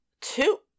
two